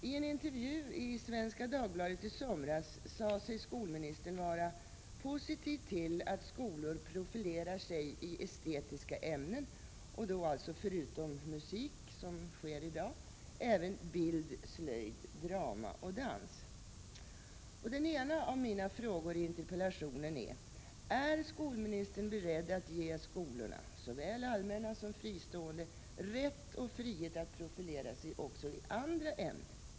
I en intervju i Svenska Dagbladet i somras sade sig skolministern vara positiv till att skolor profilerar sig i estetiska ämnen — förutom i musik, där det redan i dag sker en profilering — som bild, slöjd, drama och dans. Den ena av mina frågor i interpellationen är: Är skolministern beredd att ge skolorna — såväl allmänna som fristående — rätt och frihet att profilera sig också i andra ämnen?